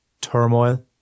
turmoil